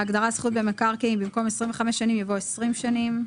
בהגדרה 'זכות במקרקעין' במקום '25 שנים' יבוא '20 שנים'.